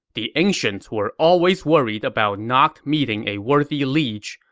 the ancients were always worried about not meeting a worthy liege.